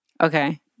Okay